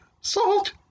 salt